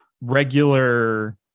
regular